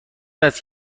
است